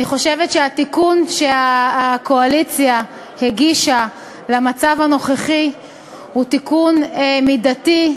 אני חושבת שהתיקון שהקואליציה הגישה למצב הנוכחי הוא תיקון מידתי,